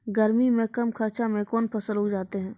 गर्मी मे कम खर्च मे कौन फसल उठ जाते हैं?